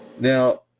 Now